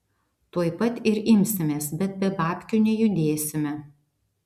tuoj pat ir imsimės bet be babkių nejudėsime